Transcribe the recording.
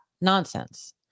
nonsense